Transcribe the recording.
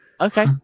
okay